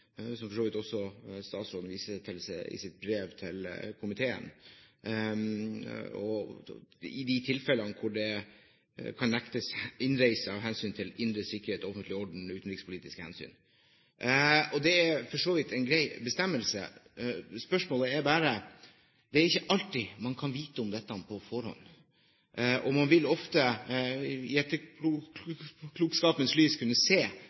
som for så vidt statsråden også viser til i sitt brev til komiteen – i de tilfellene hvor det kan nektes innreise ut fra hensynet til indre sikkerhet, offentlig orden eller utenrikspolitiske hensyn. Det er for så vidt en grei bestemmelse. Spørsmålet er bare: Det er ikke alltid man kan vite om dette på forhånd, og man vil ofte i etterpåklokskapens lys kunne se